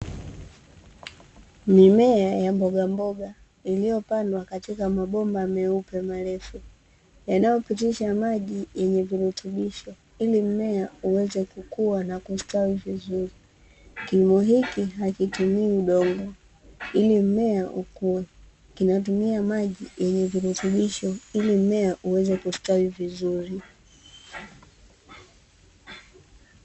Mimea ya mbogamboga iliyopandwa katika mabomba meupe marefu, yanayopitisha maji yenye virutubisho ili mmea uweze kukua na kustawi vizuri. Kilimo hiki hakitumii udongo ili mmea ukue, kinatumia maji yenye virutubisho ili mmea uweze kustawi vizuri.